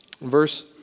verse